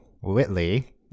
Whitley